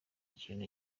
ikintu